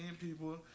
people